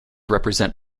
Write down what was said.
represent